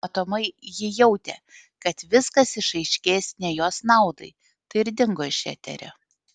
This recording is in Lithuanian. matomai ji jautė kad viskas išaiškės ne jos naudai tai ir dingo iš eterio